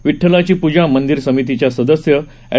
विठ्ठलाची पूजा मंदीर समितीच्या सदस्य एड